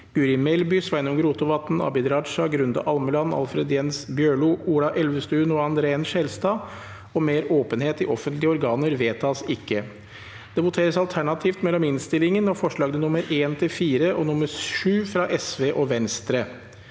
Guri Melby, Sveinung Rotevatn, Abid Raja, Grunde Almeland, Alfred Jens Bjørlo, Ola Elvestuen og André N. Skjelstad om mer åpenhet i offentlige organer– vedtas ikke. Presidenten: Det voteres alternativt mellom inn- stillingen og forslagene nr. 1–4 og 7, fra Sosialistisk